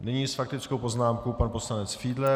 Nyní s faktickou poznámkou pan poslanec Fiedler.